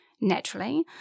Naturally